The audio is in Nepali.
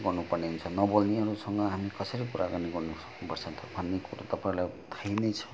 गर्नु पर्ने हुन्छ नबोल्नेहरूसँग हामी कसरी कुराकानी गर्न सक्नुपर्छ भन्ने कुरा तपाईँहरूलाई